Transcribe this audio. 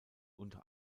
unter